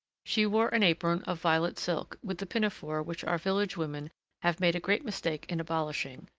she wore an apron of violet silk, with the pinafore which our village women have made a great mistake in abolishing,